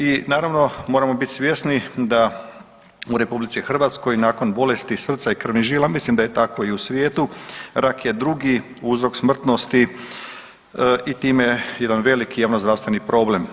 I naravno moramo bit svjesni da u RH nakon bolesti srca i krvnih žila mislim da je tako i u svijetu rak je drugi uzrok smrtnosti i time jedan veliki javno zdravstveni problem.